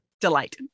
Delight